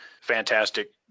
Fantastic